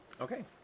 Okay